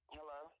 Hello